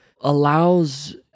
allows